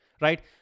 right